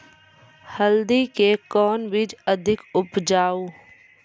हल्दी के कौन बीज अधिक उपजाऊ?